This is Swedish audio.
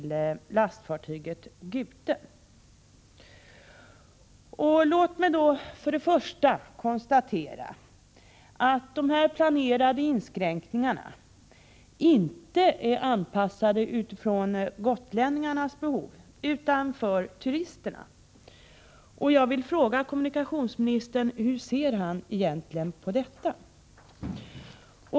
Låt mig för det första konstatera att de planerade inskränkningarna inte är anpassade efter gotlänningarnas behov utan efter turisternas. Jag vill fråga hur kommunikationsministern egentligen ser på detta.